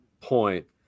point